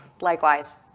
Likewise